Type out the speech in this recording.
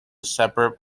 separate